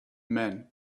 man